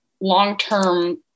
long-term